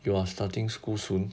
you are starting school soon